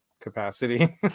capacity